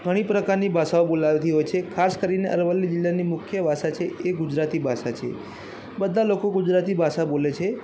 ઘણી પ્રકારની ભાષાઓ બોલાતી હોય છે ખાસ કરીને અરવલ્લી જિલ્લાની મુખ્ય ભાષા છે એ ગુજરાતી ભાષા છે બધા લોકો ગુજરાતી ભાષા બોલે છે